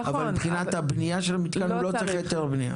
אבל מבחינת הבנייה של המתקן הוא לא צריך היתר בנייה?